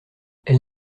elle